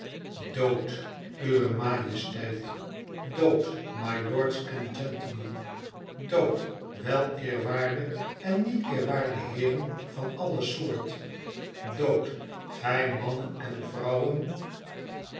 dood uwe majesteit dood mylords en gentlemen dood weleerwaarde en nieteerwaarde heeren van alle soort dood gij mannen en vrouwen